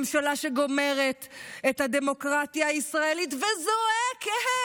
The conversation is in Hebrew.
ממשלה שגומרת את הדמוקרטיה הישראלית וזועקת,